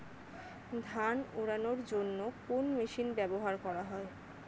ধান উড়ানোর জন্য কোন মেশিন ব্যবহার করা হয়?